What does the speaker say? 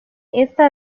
esta